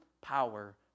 power